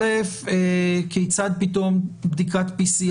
דבר אחד, כיצד פתאום בדיקת PCR,